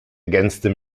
ergänzte